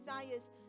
desires